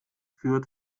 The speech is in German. führt